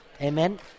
Amen